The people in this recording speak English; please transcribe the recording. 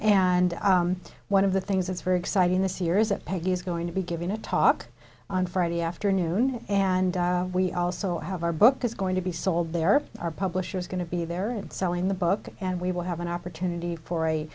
and one of the things that's very exciting this year is that peggy is going to be giving a talk on friday afternoon and we also have our book is going to be sold there are publishers going to be there and selling the book and we will have an opportunity for